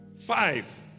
Five